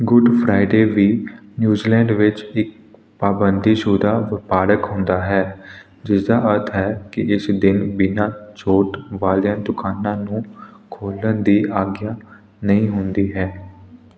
good Friday ਵੀ New Zealand ਵਿੱਚ ਇੱਕ ਪਾਬੰਦੀਸ਼ੁਦਾ ਵਪਾਰਕ ਹੁੰਦਾ ਹੈ ਜਿਸਦਾ ਅਰਥ ਹੈ ਕਿ ਇਸ ਦਿਨ ਬਿਨਾ ਛੋਟ ਵਾਲੀਆਂ ਦੁਕਾਨਾਂ ਨੂੰ ਖੋਲ੍ਹਣ ਦੀ ਆਗਿਆ ਨਹੀਂ ਹੁੰਦੀ ਹੈ